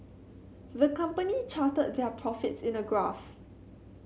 the company charted their profits in a graph